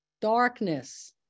Darkness